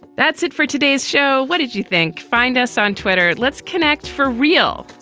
that's it for today's show. what did you think? find us on twitter. let's connect for real.